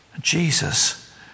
Jesus